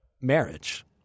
marriage